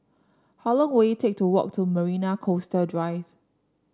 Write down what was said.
how long will it take to walk to Marina Coastal Drive